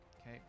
Okay